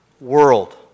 world